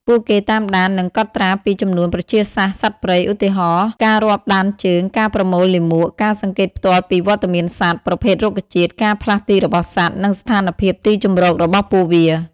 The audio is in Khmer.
ពួកគេតាមដាន និងកត់ត្រាពី ចំនួនប្រជាសាស្ត្រសត្វព្រៃ ឧទាហរណ៍ ការរាប់ដានជើង ការប្រមូលលាមក ការសង្កេតផ្ទាល់ពីវត្តមានសត្វ ប្រភេទរុក្ខជាតិ ការផ្លាស់ទីរបស់សត្វ និងស្ថានភាពទីជម្រករបស់ពួកវា។